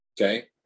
Okay